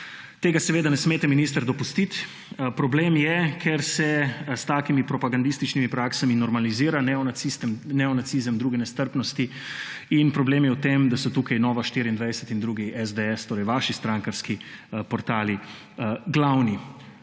Tega seveda ne smete, minister, dopustiti. Problem je, ker se s takimi propagandističnimi praksami normalizira neonacizem, druge nestrpnosti, in problem je v tem, da so tukaj Nova24 in drugi SDS, torej vaši strankarski, portali glavni.